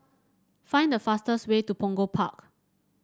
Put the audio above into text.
find the fastest way to Punggol Park